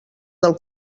del